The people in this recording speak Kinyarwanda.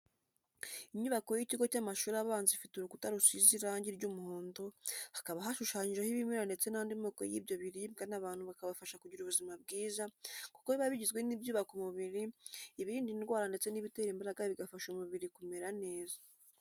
Inyubako y'ikigo cy'amashuri abanza ifite urukuta rusize irangi ry'umuhondo, hakaba hashushanyijeho ibimera ndetse n'andi moko y'ibiryo biribwa n'abantu bikabafasha kugira ubuzima bwiza kuko biba bigizwe n'ibyubaka umubiri, ibirinda indwara, ndetse n'ibitera imbaraga bigafasha umubiri kumera neza.